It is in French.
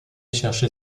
chercher